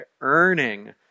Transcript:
earning